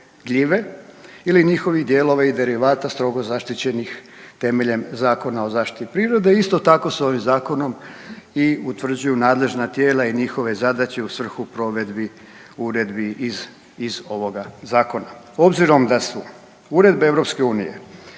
ili njihovi dijelovi i derivata strogo zaštićenih temeljem Zakona o zaštiti prirode. Isto tako, sa ovim zakonom i utvrđuju nadležna tijela i njihove zadaće u svrhu provedbi uredbi iz ovoga zakona. Obzirom da su uredbe EU